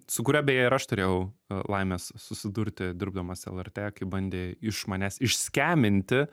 su kuria beje ir aš turėjau laimės susidurti dirbdamas lrt kai bandė iš manęs išskeminti